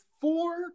four